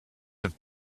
have